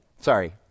Sorry